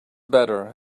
better